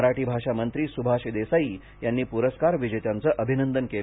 मराठी भाषा मंत्री सुभाष देसाई यांनी प्रस्कार विजेत्यांचं अभिनंदन केल